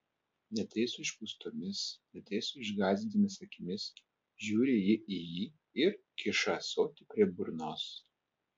ne tai su išpūstomis ne tai su išgąsdintomis akimis žiūri ji į jį ir kiša ąsotį prie burnos